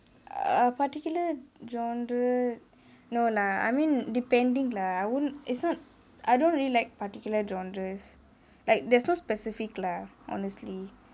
err particular genre no lah I mean depending lah I wouldn't is not I don't really like particular genres like there's no specific lah honestly